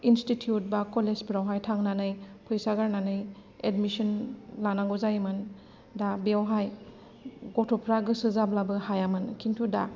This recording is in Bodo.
इनस्टिटिउट बा कलेजफोरावहाय थांनानै फैसा गारनानै एडमिसन लानांगौ जायोमोन दा बेयावहाय गथ'फ्रा गोसो जाब्लाबो हायामोन खिन्थु दा